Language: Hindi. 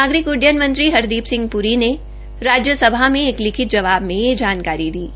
नागरिक उड्डयन मंत्री हरदीप सिह प्री ने राज्यसभा में एक लिखिल जवाब में यह जानकारी दी है